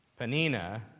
Panina